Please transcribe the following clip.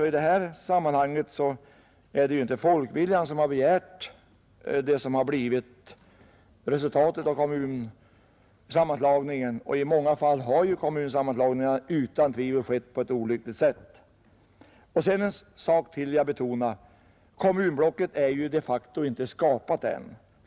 I det här fallet är det inte folkviljan som har bestämt resultatet av kommunsammanslagningen. I många fall har också kommunsammanslagningarna utan tvivel skötts på ett olyckligt sätt. Ytterligare en sak vill jag betona: kommunblocket är de facto inte skapat ännu.